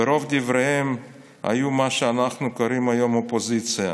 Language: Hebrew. ורוב דבריהם היו מה שאנחנו קוראים היום "אופוזיציה".